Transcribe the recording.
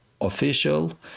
official